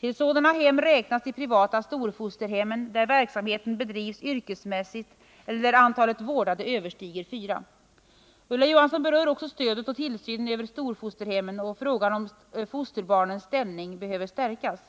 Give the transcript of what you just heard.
Till sådana hem räknas de privata storfosterhemmen där verksamheten bedrivs yrkesmässigt eller där antalet vårdade barn överstiger fyra. Ulla Johansson berör också frågan om stödet till och tillsynen över storfosterhemmen samt frågan om fosterbarnens ställning behöver förstärkas.